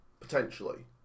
Potentially